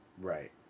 Right